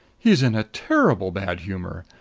he's in a terribly bad humor.